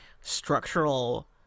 structural